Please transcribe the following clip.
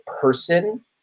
person